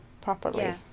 properly